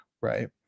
Right